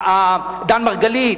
דן מרגלית,